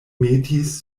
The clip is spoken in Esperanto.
metis